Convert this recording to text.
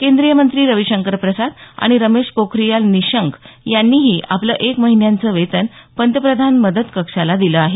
केंद्रीय मंत्री रवि शंकर प्रसाद आणि रमेश पोखरियाल निशंक यांनीही आपलं एक महिन्याचं वेतन पंतप्रधान मदत कक्षाला दिलं आहे